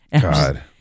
god